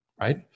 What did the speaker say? Right